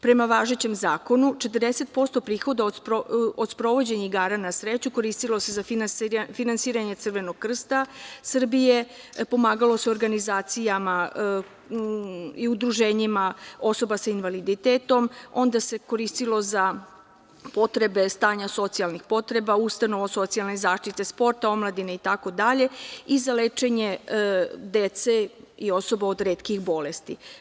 Prema važećem zakonu 40% prihoda od sprovođenja igara na sreću koristilo se za finansiranje Crvenog krsta Srbije, pomagalo se u organizacijama i udruženjima osoba sa invaliditetom, onda se koristilo za potrebe stanja socijalnih potreba, socijalne zaštite, sporta, omladine i za lečenje dece i osoba od retkih bolesti.